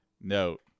note